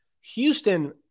Houston